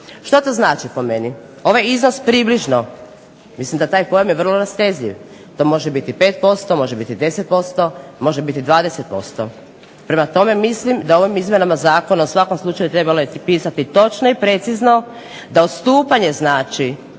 Što to znači po meni? Ovaj iznos približno, mislim da taj pojam je vrlo rastezljiv. To može biti 5%, može biti 10%, može biti 20% Prema tome, mislim da ovim izmjenama zakona u svakom slučaju trebalo je pisati točno i precizno da odstupanje znači